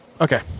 Okay